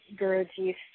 Guruji